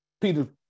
Peter